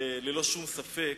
ללא שום ספק.